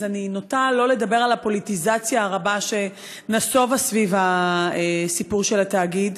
אני נוטה שלא לדבר על הפוליטיזציה הרבה סביב סיפור התאגיד.